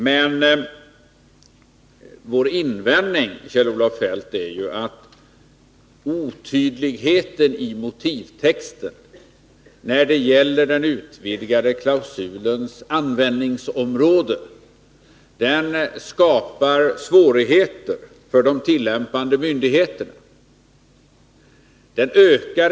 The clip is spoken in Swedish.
Men, Kjell-Olof Feldt, vår invändning är ju att otydligheten i motivtexten när det gäller den utvidgade klausulens användningsområden skapar svårigheter för de tillämpande myndigheterna.